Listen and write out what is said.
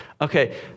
Okay